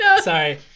Sorry